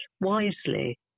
wisely